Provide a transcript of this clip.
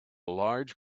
large